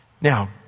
Now